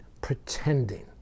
pretending